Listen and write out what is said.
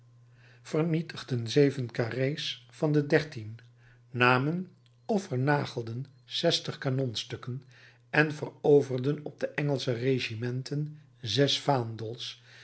vernietigden zeven carré's van de dertien namen of vernagelden zestig kanonstukken en veroverden op de engelsche regimenten zes vaandels